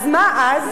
אז מה אז?